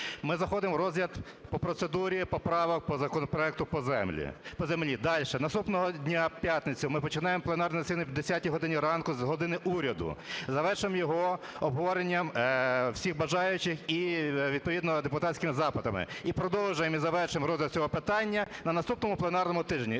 Ми заходимо в розгляд по процедурі поправок по законопроекту по землі. Дальше, наступного дня, в п'ятницю, ми починаємо пленарне засідання о 10 годині ранку з години уряду і завершуємо його обговоренням всіх бажаючих і, відповідно, депутатськими запитами. І продовжуємо, і завершуємо розгляд цього питання на наступному пленарному тижні.